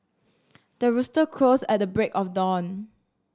the rooster crows at the break of dawn